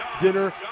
dinner